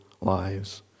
lives